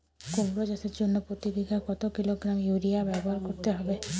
কুমড়ো চাষের জন্য প্রতি বিঘা কত কিলোগ্রাম ইউরিয়া ব্যবহার করতে হবে?